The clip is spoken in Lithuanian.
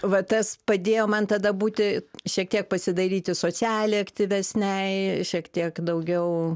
va tas padėjo man tada būti šiek tiek pasidaryti socialiai aktyvesnei šiek tiek daugiau